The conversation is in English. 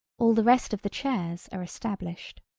all the rest of the chairs are established.